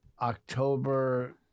October